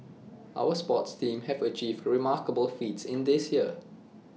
our sports teams have achieved remarkable feats in this year